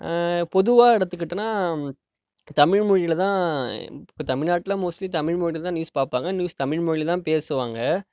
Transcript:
பொதுவாக எடுத்துக்கிட்டோனால் தமிழ் மொழியில் தான் இப்போ தமிழ்நாட்டில் மோஸ்ட்லி தமிழ் மொழியில் தான் நியூஸ் பார்ப்பாங்க நியூஸ் தமிழ் மொழியில் தான் பேசுவாங்க